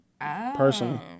personally